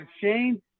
Shane